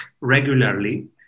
regularly